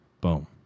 Boom